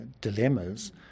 dilemmas